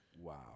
Wow